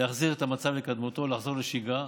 להחזיר את המצב לקדמותו, לחזור לשגרה.